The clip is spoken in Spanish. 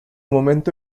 momento